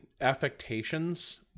affectations